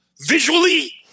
visually